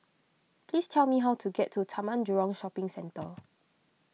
please tell me how to get to Taman Jurong Shopping Centre